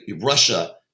Russia